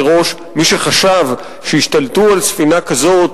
זו היה החלטה מראש: מי שחשב שישתלטו על ספינה כזאת